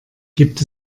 gibt